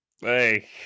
Hey